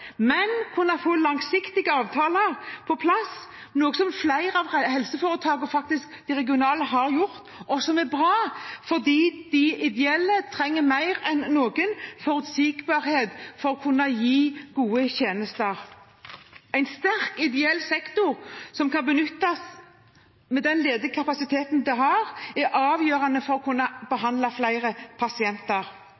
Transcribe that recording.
men kunne få langsiktige avtaler på plass, noe som flere av de regionale helseforetakene faktisk har gjort, og som er bra, fordi de ideelle mer enn noen trenger forutsigbarhet for å kunne gi gode tjenester. En sterk ideell sektor som kan benyttes med den ledige kapasiteten den har, er avgjørende for å kunne behandle flere pasienter.